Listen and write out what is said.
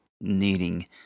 needing